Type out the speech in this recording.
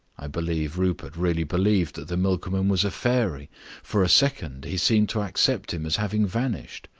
i believe rupert really believed that the milkman was a fairy for a second he seemed to accept him as having vanished.